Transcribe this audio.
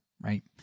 right